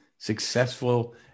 Successful